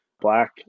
Black